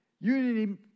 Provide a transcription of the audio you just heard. unity